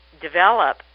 develop